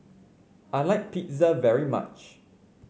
I like Pizza very much